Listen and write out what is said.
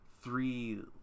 three